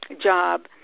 job